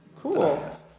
Cool